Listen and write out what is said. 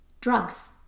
drugs